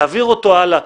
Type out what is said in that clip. להעביר אותו הלאה.